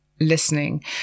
Listening